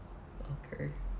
okay